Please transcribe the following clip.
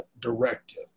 directive